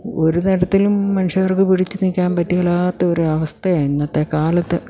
ഒരു തരത്തിലും മനുഷ്യർക്ക് പിടിച്ചു നിൽക്കാൻ പറ്റുകയില്ലാത്ത ഒരു അവസ്ഥയാണ് ഇന്നത്തെ കാലത്ത്